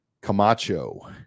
Camacho